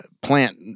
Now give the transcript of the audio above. plant